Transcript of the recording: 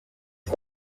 nic